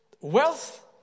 wealth